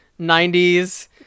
90s